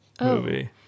movie